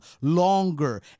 longer